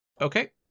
Okay